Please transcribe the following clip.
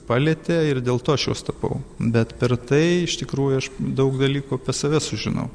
palietė ir dėl to aš juos tapau bet per tai iš tikrųjų aš daug dalykų apie save sužinau